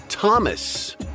Thomas